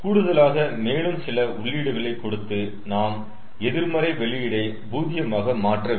கூடுதலாக மேலும் சில உள்ளீடுகளை கொடுத்து நாம் எதிர்மறை வெளியிடை பூஜ்ஜியமாக மாற்ற வேண்டும்